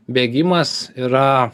bėgimas yra